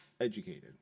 educated